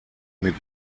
mit